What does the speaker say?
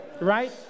right